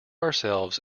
ourselves